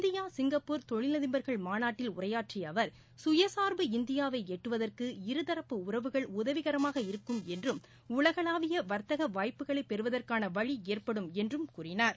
இந்திய சிங்கப்பூர் தொழிலதிபர்கள் மாநாட்டில் உரையாற்றியஅவர் சுயசார்பு இந்தியாவைஎட்டுவதற்கு இருதரப்பு உறவுகள் உதவிகரமாக இருக்கும் என்றும் உலகளாவியவர்த்தகவாய்ப்புகளைபெறுவதற்கானவழிஏற்படும் என்றும் கூறினார்